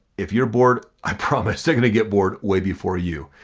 if you're bored, i promise they're gonna get bored way before you.